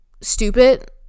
stupid